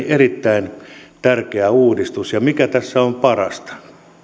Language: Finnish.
erittäin tärkeä uudistus ja mikä tässä on parasta